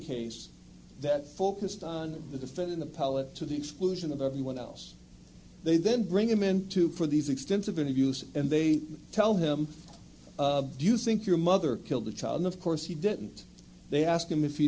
case that focused on the defendant a polyp to the exclusion of everyone else they then bring him into for these extensive interviews and they tell him do you think your mother killed the child of course he didn't they ask him if he